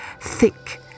Thick